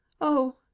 Oh